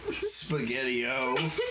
Spaghetti-O